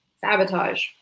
sabotage